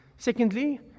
Secondly